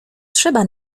trzeba